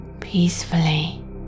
peacefully